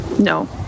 No